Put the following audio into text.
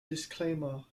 disclaimer